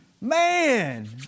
man